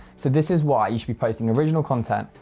so this is why you should be posting original content.